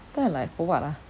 then I like for what